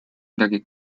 midagi